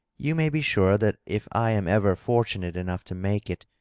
you may be sure that if i am ever fortunate enough to make it,